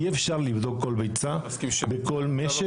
אי אפשר לבדוק כל ביצה בכל משק.